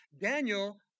Daniel